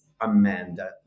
amanda